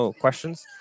questions